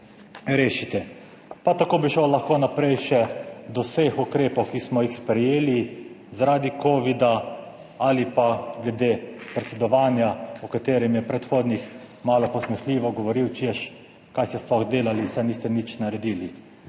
rešite. Pa tako bi šel lahko naprej še do vseh ukrepov, ki smo jih sprejeli zaradi covida ali pa glede predsedovanja, o katerem je predhodnik malo posmehljivo govoril, češ, kaj ste sploh delali, saj niste nič naredili.